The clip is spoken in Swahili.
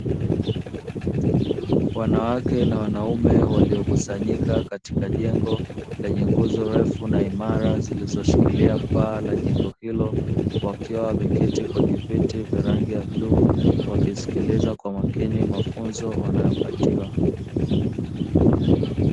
Wanawake na wanaume waliokusanyika katika jengo lenye nguzo ndefu na imara zilizoshikilia paa la jengo hilo, wakiwa wameketi kwenye viti vya rangi ya bluu wakisilikiliza kwa makini mafunzo wanayopatiwa.